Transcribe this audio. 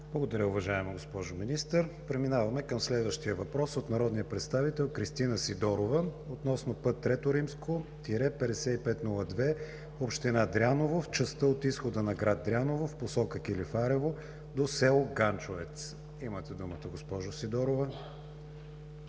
Благодаря, уважаема госпожо Министър. Преминаваме към следващия въпрос – от народния представител Кристина Сидорова относно път III-5502, община Дряново, в частта от изхода на град Дряново в посока Килифарево до село Ганчовец. Имате думата, госпожо Сидорова.